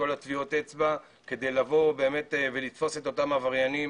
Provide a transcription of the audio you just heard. כל טביעות האצבע כדי לבוא ולתפוס באמת את אותם עבריינים